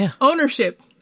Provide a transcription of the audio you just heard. ownership